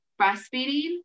breastfeeding